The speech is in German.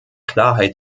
klarheit